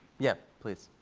yeah, please.